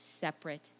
separate